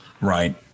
Right